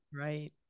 Right